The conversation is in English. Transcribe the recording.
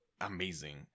amazing